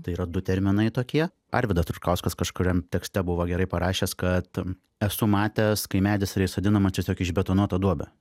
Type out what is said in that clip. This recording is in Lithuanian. tai yra du terminai tokie arvydas rutkauskas kažkuriam tekste buvo gerai parašęs kad esu matęs kai medis yra įsodinamas tiesiog į išbetonuotą duobę